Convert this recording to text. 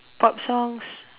pop songs